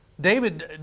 David